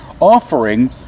offering